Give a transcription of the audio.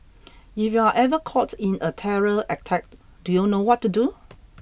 if you are ever caught in a terror attack do you know what to do